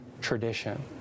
tradition